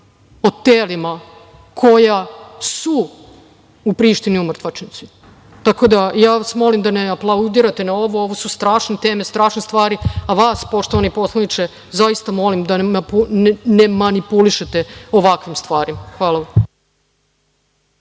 o telima koja su u Prištini u mrtvačnici. Tako da vas molim da ne aplaudirate na ovo, ovo su strašne teme, strašne stvari, a vas, poštovani poslaniče zaista molim da ne manipulišete ovakvim stvarima. Hvala